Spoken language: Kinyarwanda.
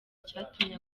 icyatumye